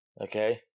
okay